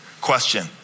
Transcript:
Question